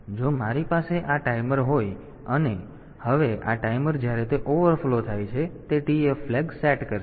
તેથી જો મારી પાસે આ ટાઈમર હોય અને હવે આ ટાઈમર જ્યારે તે ઓવરફ્લો થાય છે તો તે TF ફ્લેગ સેટ કરશે